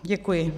Děkuji.